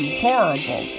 horrible